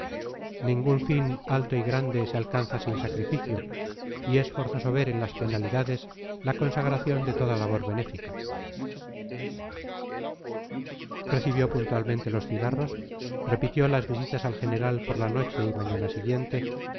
ningún fin alto y grande se alcanza sin sacrificio y es forzoso ver en las penalidades la consagración de toda labor benéfica recibió puntualmente los cigarros repitió las visitas al general por la noche y mañana siguiente